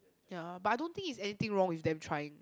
ya but I don't think is anything wrong with them trying